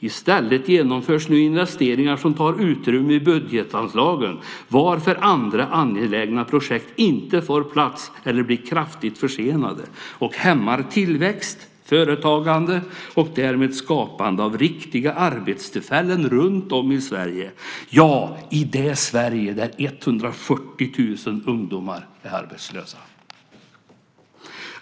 I stället genomförs nu investeringar som tar utrymme i budgetanslagen varför andra angelägna projekt inte får plats eller blir kraftigt försenade och hämmar tillväxt, företagande och därmed skapande av riktiga arbetstillfällen runtom i Sverige, i det Sverige där 140 000 ungdomar är arbetslösa.